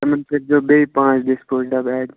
تِمَن کٔرۍزیٚو بیٚیہِ پانٛژھ ڈِسپوز ڈَبہٕ ایڈ